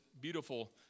beautiful